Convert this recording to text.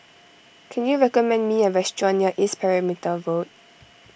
can you recommend me a restaurant near East Perimeter Road